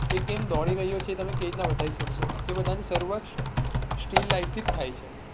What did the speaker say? એ કેમ દોડી રહ્યો છે તમે કેવી રીતના બતાવી શકશો એ બધાની શરૂઆત સ્ટીલ લાઈફથી જ થાય છે